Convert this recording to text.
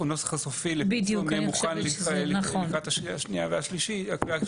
הנוסח הסופי לפרסום יהיה מוכן לקראת הקריאה השנייה והשלישית.